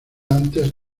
antes